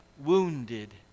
wounded